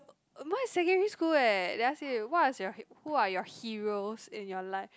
more like secondary school eh they ask you what is your who are your heroes in your life